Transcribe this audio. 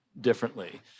differently